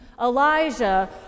Elijah